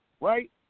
right